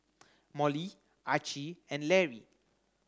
Molly Archie and Lary